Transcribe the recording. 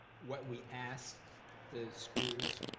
what we ask the schools,